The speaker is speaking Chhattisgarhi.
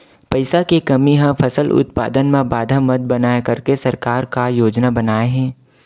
पईसा के कमी हा फसल उत्पादन मा बाधा मत बनाए करके सरकार का योजना बनाए हे?